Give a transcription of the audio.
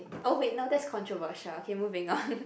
oh wait no that's controversial K moving on